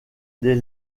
des